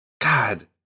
God